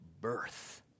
birth